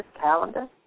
calendar